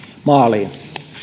maaliin